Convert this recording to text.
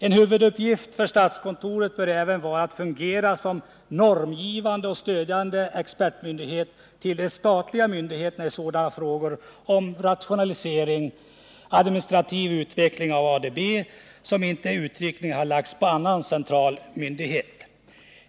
En huvuduppgift för statskontoret bör även vara att fungera som normgivande och stödjande expertorgan för de statliga myndigheterna i sådana frågor om rationalisering, administrativ utveckling och ADB som inte uttryckligen har lagts på annan central myndighet.